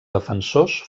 defensors